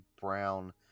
Brown